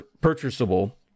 purchasable